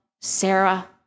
Sarah